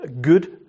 good